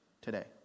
today